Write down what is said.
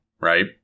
right